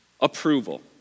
Approval